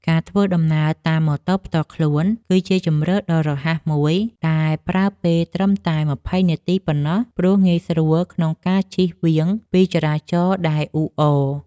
ការធ្វើដំណើរតាមម៉ូតូផ្ទាល់ខ្លួន គឺជាជម្រើសដ៏រហ័សមួយដែលប្រើពេលត្រឹមតែ ២០ នាទីប៉ុណ្ណោះ ព្រោះងាយស្រួលក្នុងការជិះវាងពីចរាចរណ៍ដែលអ៊ូអរ។